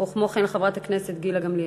וכמו כן לחברת הכנסת גילה גמליאל.